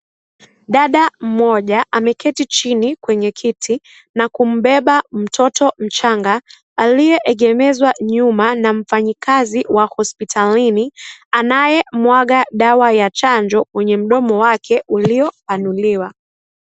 Dada mmoja ameketi chini kwenye kiti na kumbeba mtoto mchanga aliyeegemezwa nyuma na mfanyikazi wa hosptalini anayemwaga dawa ya chanjo kwenye mdomo wake uliopanuliwa.